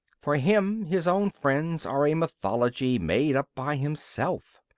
for him his own friends are a mythology made up by himself.